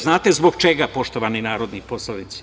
Znate zbog čega, poštovani narodi poslanici?